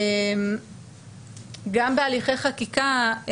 גם בהליכי חקיקה,